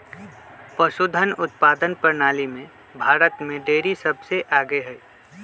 पशुधन उत्पादन प्रणाली में भारत में डेरी सबसे आगे हई